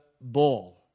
ball